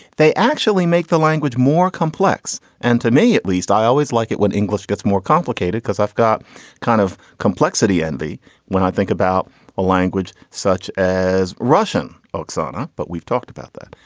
they actually make the language more complex. and to me at least, i always like it when english gets more complicated because i've got kind of complexity, envy when i think about a language such as russian. oksana. but we've talked about that.